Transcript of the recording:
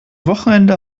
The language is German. wochenende